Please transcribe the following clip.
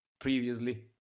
previously